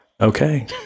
okay